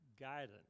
guidance